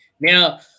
Now